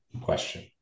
question